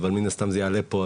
אבל מן הסתם אם זה יעלה פה,